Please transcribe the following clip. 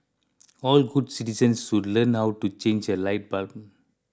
all good citizens should learn how to change a light bulb